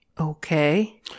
Okay